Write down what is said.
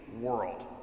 world